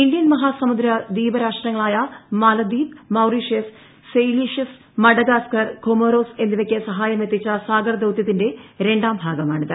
Indian മഹാസമുദ്ര ദ്വീപ രാഷ്ട്രങ്ങളായ Maldives Mauritius Seychelles Madagascar Comoros എന്നിവയ്ക്ക് സഹായം എത്തിച്ച സാഗർ ദൌത്യത്തിന്റെ രണ്ടാം ഭാഗമാണിത്